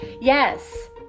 yes